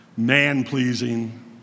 man-pleasing